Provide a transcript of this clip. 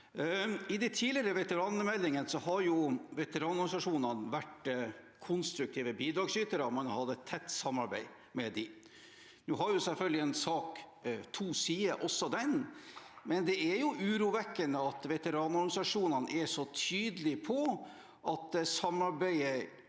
I de tidligere veteranmeldingene har veteranorganisasjonene vært konstruktive bidragsytere. Man har hatt et tett samarbeid med dem. Nå har selvfølgelig en sak to sider, også denne, men det er urovekkende at veteranorganisasjonene er så tydelige på at samarbeidet